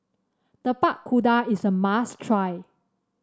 Tapak Kuda is a must try